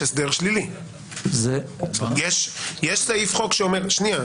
יש הסדר שלילי.